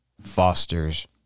fosters